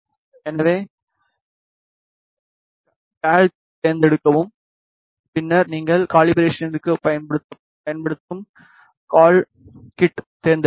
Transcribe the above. எனவே கலரைத் தேர்ந்தெடுக்கவும் பின்னர் நீங்கள் காலிபராசனிற்கு பயன்படுத்தும் கால் கிட்டைத் தேர்ந்தெடுக்க வேண்டும்